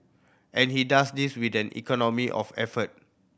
and he does this with an economy of effort